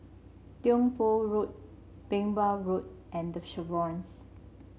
Tiong Poh Road Merbau Road and The Chevrons